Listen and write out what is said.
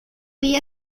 día